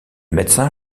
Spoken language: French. médecin